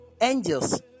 Angels